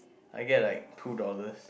I get like two dollars